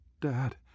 Dad